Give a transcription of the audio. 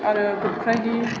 आरो good Friday